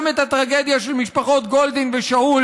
גם את הטרגדיה של משפחות גולדין ושאול